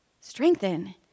strengthen